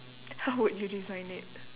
how would you design it